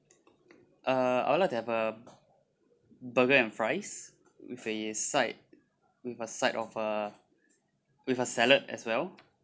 uh I would like to have a burger and fries with a side with a side of uh with a salad as well